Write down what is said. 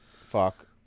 fuck